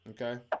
Okay